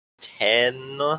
ten